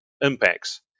impacts